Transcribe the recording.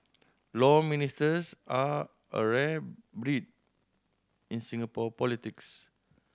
Law Ministers are a rare breed in Singapore politics